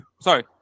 sorry